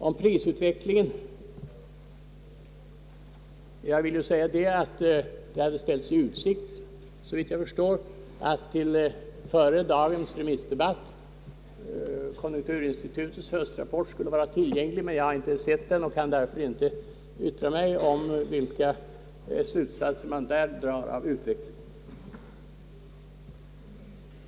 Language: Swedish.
Beträffande utvecklingen hade det ställts i utsikt såvitt jag förstår att före dagens remissdebatt konjunkturinstitutets höstrapport skulle vara tillgänglig, men jag har inte sett den och kan därför inte yttra mig om vilka slutsatser man där drar av utvecklingen.